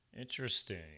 Interesting